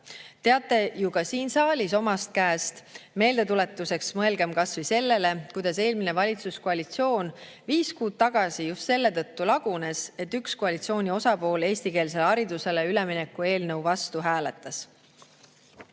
[neid] ju ka siin saalis omast käest. Meeldetuletuseks mõelgem kas või sellele, kuidas eelmine valitsuskoalitsioon viis kuud tagasi just selle tõttu lagunes, et üks koalitsiooni osapool eestikeelsele haridusele ülemineku eelnõu vastu